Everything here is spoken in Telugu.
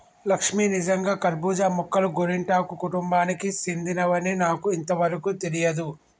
లక్ష్మీ నిజంగా కర్బూజా మొక్కలు గోరింటాకు కుటుంబానికి సెందినవని నాకు ఇంతవరకు తెలియదు